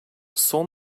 son